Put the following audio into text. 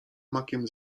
makiem